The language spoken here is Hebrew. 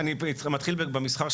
אני מתחיל במסחר,